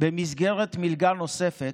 במסגרת מלגה נוספת,